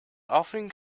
often